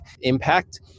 impact